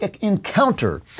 encounter